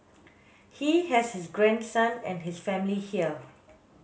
he has his grandson and his family here